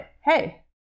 hey